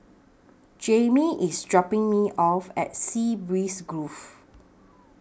Jamie IS dropping Me off At Sea Breeze Grove